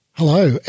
Hello